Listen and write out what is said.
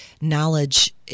knowledge